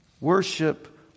Worship